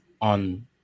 on